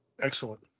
Excellent